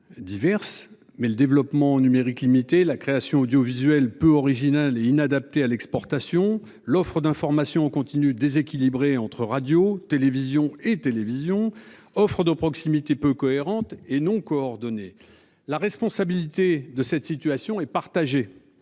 diverses mais le développement numérique limiter la création audiovisuelle. Peu original et inadapté à l'exportation, l'offre d'information en continu déséquilibré entre radio, télévision et télévision offre de proximité peu cohérente et non coordonnées, la responsabilité de cette situation est partagé